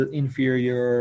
inferior